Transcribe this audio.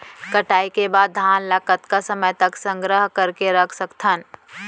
कटाई के बाद धान ला कतका समय तक संग्रह करके रख सकथन?